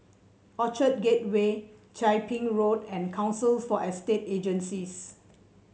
Orchard Gateway Chia Ping Road and Council for Estate Agencies